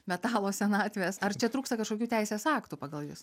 metalo senatvės ar čia trūksta kažkokių teisės aktų pagal jus